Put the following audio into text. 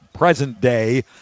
present-day